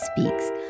Speaks